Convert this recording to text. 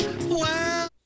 wow